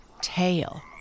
tail